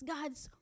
God's